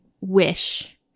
wish